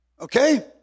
Okay